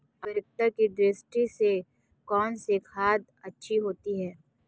उर्वरकता की दृष्टि से कौनसी खाद अच्छी होती है?